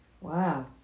Wow